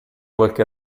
qualche